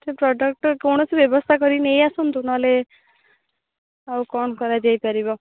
ସେ ପ୍ରଡ଼କ୍ଟ କୌଣସି ବ୍ୟବସ୍ଥା କରି ନେଇଆସନ୍ତୁ ନହେଲେ ଆଉ କ'ଣ କରାଯାଇପାରିବ